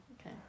Okay